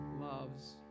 loves